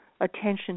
attention